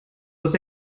dass